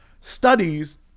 studies